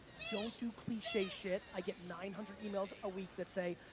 don't do cliche shit. i get nine hundred emails a week that say,